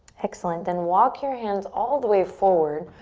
excellent, then walk your hands all the way forward.